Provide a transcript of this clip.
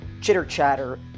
chitter-chatter